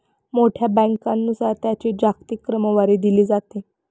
मोठ्या बँकांनुसार त्यांची जागतिक क्रमवारी दिली जाते